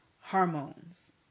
hormones